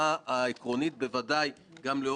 היה לנו את עניין ביטול עמלות פירעון מוקדם,